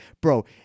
Bro